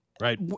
Right